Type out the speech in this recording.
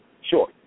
Sure